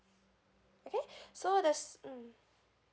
okay so the s~ mm